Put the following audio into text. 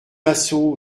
massot